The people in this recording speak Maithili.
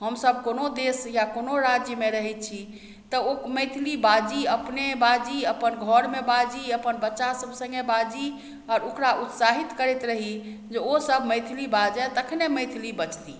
हमसभ कोनो देश या कोनो राज्यमे रहय छी तऽ ओ मैथिली बाजी अपने बाजी अपन घरमे बाजी अपन बच्चा सब सङ्गहेँ बाजी आओर ओकरा उत्साहित करैत रही जे ओ सब मैथिली बाजथि तखने मैथिली बचती